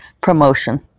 promotion